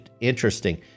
interesting